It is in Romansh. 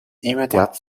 immediat